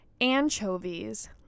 anchovies